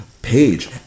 Page